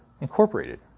Incorporated